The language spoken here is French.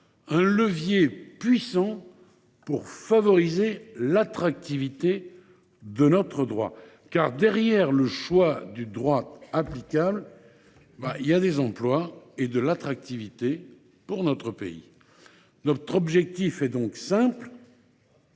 un levier puissant pour favoriser l’attractivité de notre droit. Il y a bel et bien, derrière le choix du droit applicable, des emplois et de l’attractivité pour notre pays. Notre objectif est donc simple